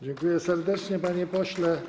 Dziękuję serdecznie, panie pośle.